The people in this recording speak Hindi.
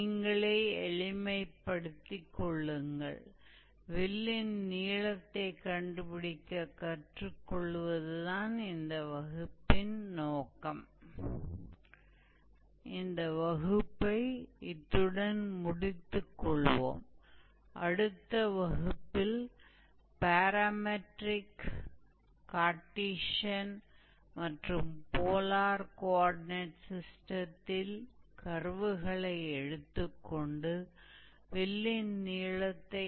इसलिए हम आज की क्लास को यहीं पर रोक देंगे और अगली क्लास में हम कुछ ऐसे उदाहरणों पर काम करना शुरू करेंगे जिनमें पैरामीट्रिक कार्टेशियन या पोलर कौर्डिनेट सिस्टम भी शामिल हों और हम उन आर्क की लंबाई की गणना करते हैं